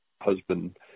husband